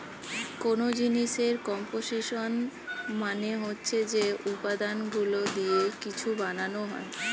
কোন জিনিসের কম্পোসিশন মানে হচ্ছে যে উপাদানগুলো দিয়ে কিছু বানানো হয়